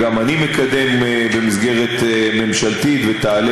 שגם אני מקדם במסגרת ממשלתית ותעלה